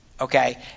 okay